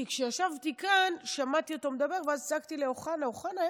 כשישבתי כאן שמעתי אותו מדבר ואז צעקתי לאוחנה: אוחנה,